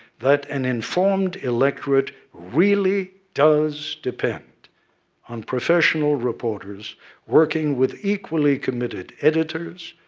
that an informed electorate really does depend on professional reporters working with equally-committed editors,